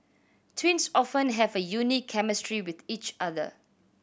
twins often have a unique chemistry with each other